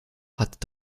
hat